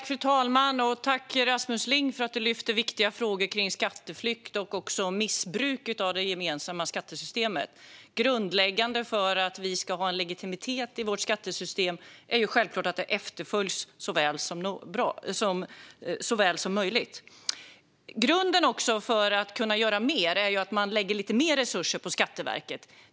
Fru talman! Tack, Rasmus Ling, för att du tar upp viktiga frågor kring skatteflykt och om missbruk av det gemensamma skattesystemet! Grundläggande för att vårt skattesystem ska ha legitimitet är ju självklart att det efterföljs så väl som möjligt. Grunden för att kunna göra mer är att man lägger lite mer resurser på Skatteverket.